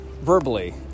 verbally